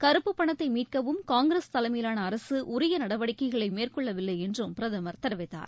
கறுப்புப் பணத்தை மீட்கவும் காங்கிரஸ் தலைமையிலான அரசு உரிய நடவடிக்கைகளை மேற்கொள்ளவில்லை என்றும் பிரதமர் தெரிவித்தார்